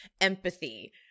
empathy